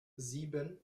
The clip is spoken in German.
sieben